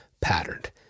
patterned